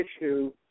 issue